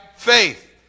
faith